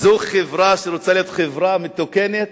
זו חברה שרוצה להיות חברה מתוקנת?